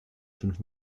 fünf